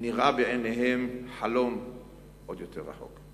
נראה בעיניהם חלום עוד יותר רחוק.